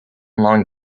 long